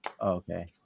Okay